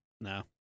No